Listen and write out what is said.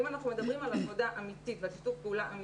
אם אנחנו מדברים על עבודה אמיתית ועל שיתוף פעולה אמיתי,